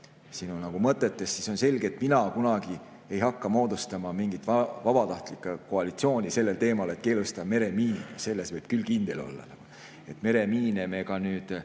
sinu nagu mõtetest, siis on selge, et mina kunagi ei hakka moodustama mingit vabatahtlike koalitsiooni sellel teemal, et keelustada meremiinid. Selles võib küll kindel olla. Meremiine me oleme